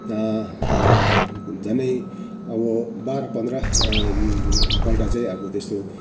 झन्डै अब बाह्र पन्ध्र पल्ट चाहिँ अब त्यस्तो